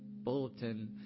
bulletin